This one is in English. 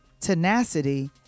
tenacity